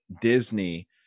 Disney